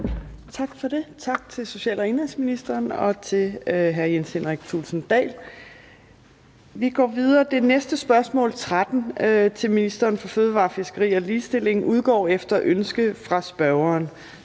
Tak for det. Tak til social- og indenrigsministeren og til hr. Jens Henrik Thulesen Dahl. Det næste spørgsmål, punkt 13, til ministeren for fødevarer, fiskeri og ligestilling udgår efter ønske fra spørgeren.